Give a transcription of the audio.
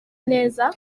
neza